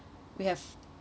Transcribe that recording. we have